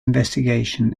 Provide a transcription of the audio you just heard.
investigation